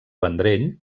vendrell